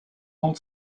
old